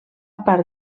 part